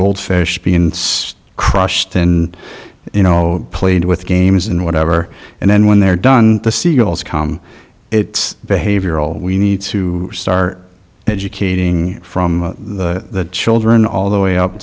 goldfish being crushed in you know played with games and whatever and then when they're done the seagulls come it's behavioral we need to start educating from the children all the way up